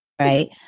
right